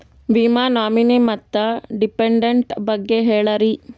ವಿಮಾ ನಾಮಿನಿ ಮತ್ತು ಡಿಪೆಂಡಂಟ ಬಗ್ಗೆ ಹೇಳರಿ?